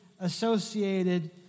associated